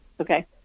Okay